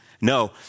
no